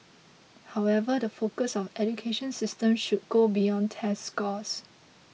however the focus of education system should go beyond test scores